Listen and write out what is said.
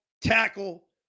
tackle